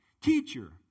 Teacher